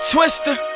Twister